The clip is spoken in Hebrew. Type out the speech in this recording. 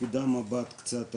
נקודת מבט קצת אחרת.